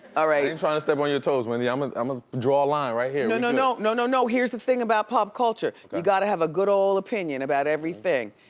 ah and trying to step on your toes, wendy. i'ma um ah draw a line right here no, no, no, no, no, no, here's the thing about pop culture, you gotta have a good old opinion about everything.